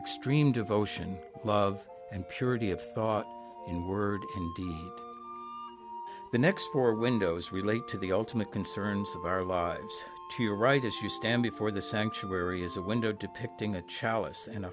extreme devotion love and purity of thought in words the next door windows relate to the ultimate concerns of our lives you are right as you stand before the sanctuary is a window depicting a chalice and a